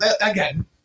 Again